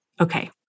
Okay